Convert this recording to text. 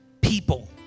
people